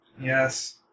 Yes